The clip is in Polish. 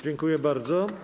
Dziękuję bardzo.